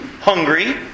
hungry